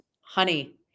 Honey